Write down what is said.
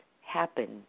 happen